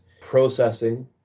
processing